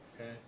Okay